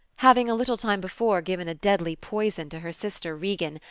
having a little time before given a deadly poison to her sister, regan,